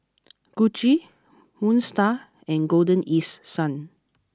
Gucci Moon Star and Golden East Sun